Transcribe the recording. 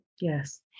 Yes